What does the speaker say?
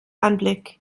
anblick